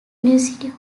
university